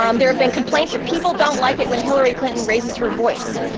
um there have been complaints that people don't like it when hillary clinton raises her voice.